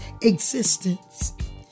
existence